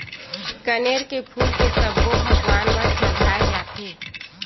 कनेर के फूल के सब्बो भगवान म चघाय जाथे